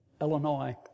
Illinois